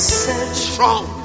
strong